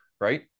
right